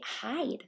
hide